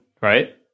right